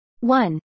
One